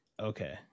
okay